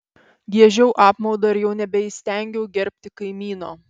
giežiau apmaudą ir jau nebeįstengiau gerbti kaimyno